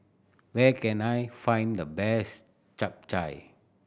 where can I find the best Chap Chai